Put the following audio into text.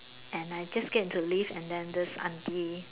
and I just get into lift and then this auntie